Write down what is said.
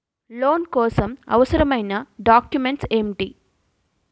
Loan కోసం అవసరమైన documents ఎంటి?